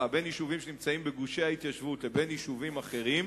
שנמצאים בגושי ההתיישבות לבין יישובים אחרים,